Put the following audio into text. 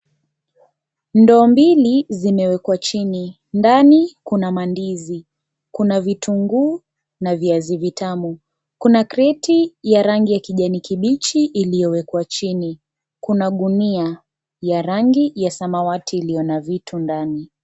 Ndoo mbili zimewekwa chini, ndani kuna mandizi, vitunguu na viazi vitamu. Kuna kreti ya rangi ya kijani kibichi iliyowekwa chini. Kuna gunia ya rangi ya samawati iliyo na vitu ndani.